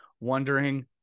wondering